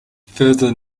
farther